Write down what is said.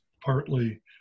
partly